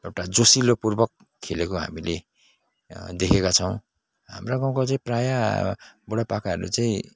एउटा जोसिलोपूर्वक खेलेको हामीले देखेका छौँ हाम्रा गाउँको चाहिँ प्रायः बुढापाकाहरू चाहिँ